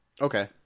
Okay